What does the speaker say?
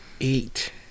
eight